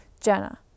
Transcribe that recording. Jenna